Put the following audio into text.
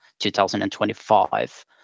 2025